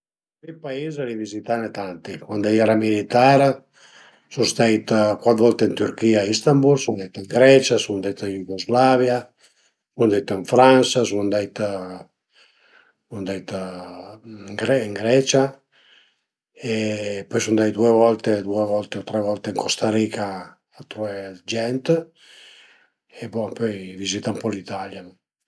Mi d'pais l'ai vizitane tanti, cuandi a i era militar, sun stait cuat volte ën Türchia a Instabul, sun andait ën Grecia, sun andait ën Jugoslavia, sun andait ën Fransa, sun andait ën Grecia e pöi sun andait due volte due volte tre volte ën Costa Rica a truvé d'gent e bon pöi ai vizità ën po l'Italia